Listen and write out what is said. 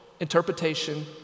interpretation